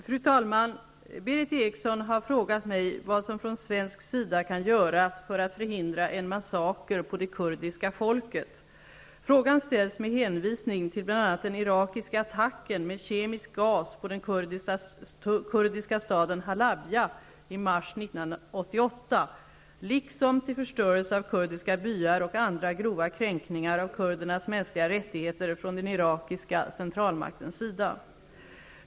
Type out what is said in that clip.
Fru talman! Berith Eriksson har frågat mig vad som från svensk sida kan göras för att förhindra en massaker på det kurdiska folket. Frågan ställs med hänvisning til bl.a. den irakiska attacken med kemisk gas på den kurdiska staden Halabja i mars 1988, liksom till förstörelse av kurdiska byar och andra grova kränkningar av kurdernas mänskliga rättigheter från den irakiska centralmaktens sida.